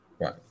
Right